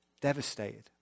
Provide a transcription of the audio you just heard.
Devastated